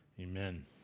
Amen